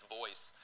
voice